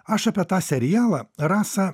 aš apie tą serialą rasa